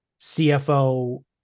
CFO